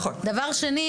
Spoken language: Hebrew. דבר שני,